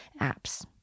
apps